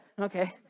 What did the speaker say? Okay